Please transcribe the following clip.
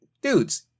dudes